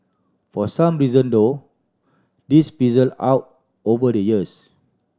for some reason though this fizzled out over the years